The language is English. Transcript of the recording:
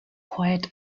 quiet